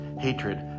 hatred